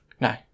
No